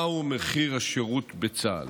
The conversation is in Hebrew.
מהו מחיר השירות בצה"ל.